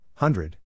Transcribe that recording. Hundred